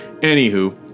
Anywho